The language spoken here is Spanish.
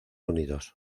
unidos